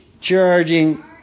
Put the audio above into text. charging